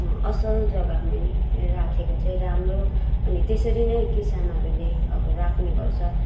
असल जग्गामै राखेको चाहिँ राम्रो अनि त्यसरी नै किसानहरूले अब राख्ने गर्छ